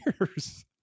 years